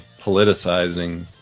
politicizing